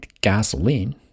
gasoline